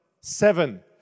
Seven